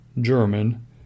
German